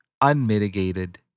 unmitigated